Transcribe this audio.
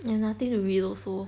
and nothing to read also